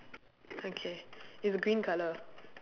okay it's green colour